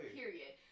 period